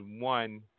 one